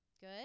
Good